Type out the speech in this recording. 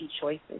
choices